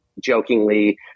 jokingly